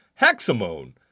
hexamone